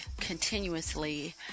continuously